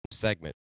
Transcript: segment